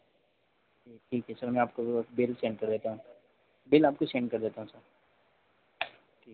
ठीक है सर मैं आपको बिल सेंड कर देता हूँ बिल आपको सेंड कर देता हूँ सर ठीक है